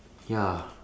ya